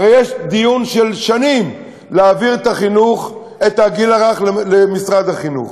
הרי יש דיון של שנים להעביר את הגיל הרך למשרד החינוך,